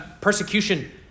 persecution